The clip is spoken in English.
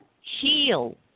heal